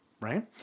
right